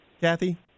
Kathy